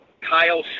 Kyle